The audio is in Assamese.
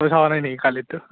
তই চোৱা নাই নেকি কালিৰটো